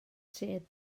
sydd